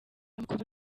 amakuru